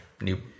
New